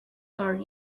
are